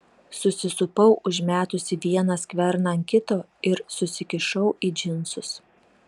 susisupau užmetusi vieną skverną ant kito ir susikišau į džinsus